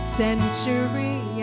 century